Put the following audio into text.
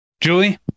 Julie